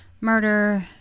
murder